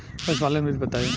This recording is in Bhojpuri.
पशुपालन विधि बताई?